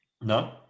No